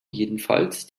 jedenfalls